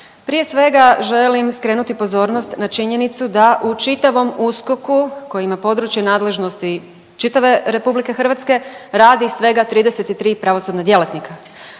Prije svega, želim skrenuti pozornost na činjenicu da u čitavom USKOK-u koji ima područje nadležnosti čitave RH, radi svega 33 pravosudna djelatnika,